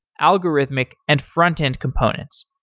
algorithmic, and front end components.